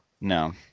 No